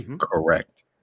correct